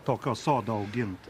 tokio sodo augimo